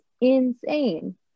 insane